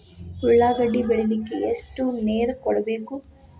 ಉಳ್ಳಾಗಡ್ಡಿ ಬೆಳಿಲಿಕ್ಕೆ ಎಷ್ಟು ನೇರ ಕೊಡಬೇಕು?